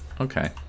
Okay